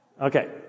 Okay